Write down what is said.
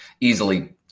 easily